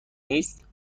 نیست